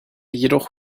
jedoch